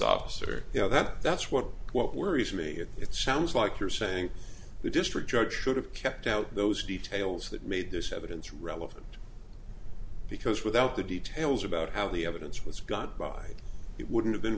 officer you know that that's what what worries me is it sounds like you're saying the district judge should have kept out those details that made this evidence relevant because without the details about how the evidence was got by it wouldn't have been